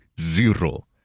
zero